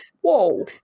whoa